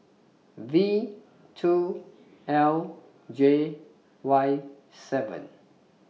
Vtwo LJYseven